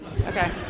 Okay